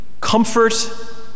comfort